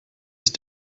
ist